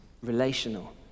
relational